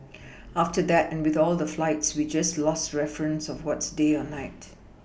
after that and with all the flights we just lost reference of what's day or night